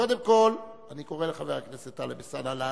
קודם כול אני קורא לחבר הכנסת טלב אלסאנע לעלות,